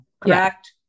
Correct